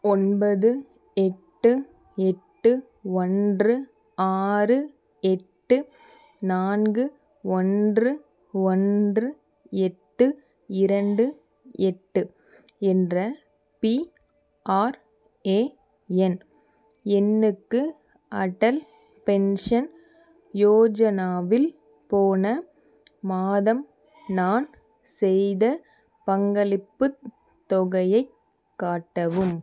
ஒன்பது எட்டு எட்டு ஒன்று ஆறு எட்டு நான்கு ஒன்று ஒன்று எட்டு இரண்டு எட்டு என்ற பிஆர்ஏஎன் எண்ணுக்கு அடல் பென்ஷன் யோஜனாவில் போன மாதம் நான் செய்த பங்களிப்புத் தொகையைக் காட்டவும்